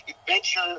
adventure